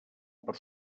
per